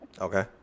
Okay